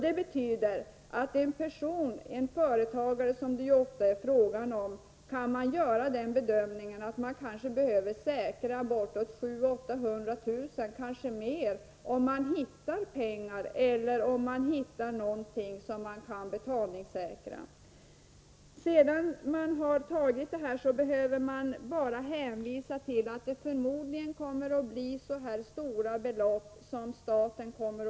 Det betyder att man hos en person — ofta är det fråga om en företagare — gör bedömningen att 700 000-800 000 kr. eller mer behöver betalningssäkras, och det gör man också om pengarna finns. Därefter behöver man bara hänvisa till att staten förmodligen kommer att få ut ett så stort belopp av företagaren i fråga.